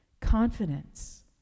Confidence